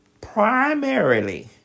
primarily